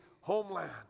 homeland